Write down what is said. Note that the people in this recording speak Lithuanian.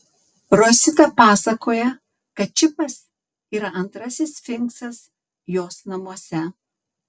rosita pasakoja kad čipas yra antrasis sfinksas jos namuose